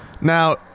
Now